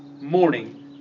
morning